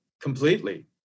completely